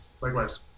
Likewise